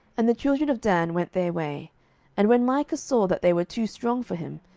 and the children of dan went their way and when micah saw that they were too strong for him,